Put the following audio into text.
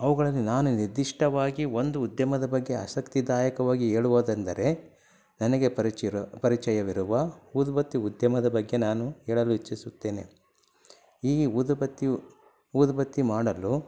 ಅವುಗಳಲ್ಲಿ ನಾನು ನಿರ್ದಿಷ್ಟವಾಗಿ ಒಂದು ಉದ್ಯಮದ ಬಗ್ಗೆ ಆಸಕ್ತಿದಾಯಕವಾಗಿ ಹೇಳುವುದೆಂದರೆ ನನಗೆ ಪರಿಚಿರೊ ಪರಿಚಯವಿರುವ ಊದುಬತ್ತಿ ಉದ್ಯಮದ ಬಗ್ಗೆ ನಾನು ಹೇಳಲು ಇಚ್ಛಿಸುತ್ತೇನೆ ಈ ಊದುಬತ್ತಿಯು ಊದುಬತ್ತಿ ಮಾಡಲು